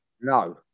No